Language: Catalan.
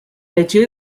legió